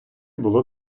було